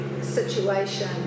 situation